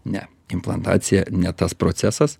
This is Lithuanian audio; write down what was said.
ne implantacija ne tas procesas